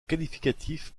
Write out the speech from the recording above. qualificatif